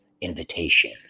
invitation